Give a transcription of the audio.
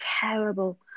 terrible